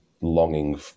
longing